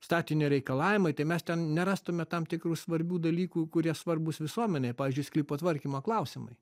statinio reikalavimai tai mes ten nerastume tam tikrų svarbių dalykų kurie svarbūs visuomenei pavyzdžiui sklypo tvarkymo klausimai